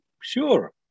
Sure